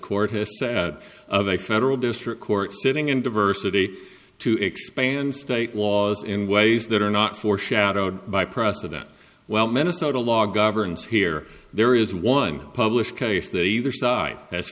court has set of a federal district court sitting in diversity to expand state laws in ways that are not foreshadowed by precedent well minnesota law governs here there is one published case that either side has